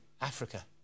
Africa